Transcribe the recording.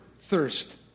thirst